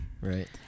Right